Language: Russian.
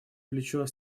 плечо